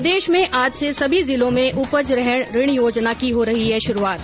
प्रदेश में आज से सभी जिलों में उपज रहन ऋण योजना की हो रही है शुरूआत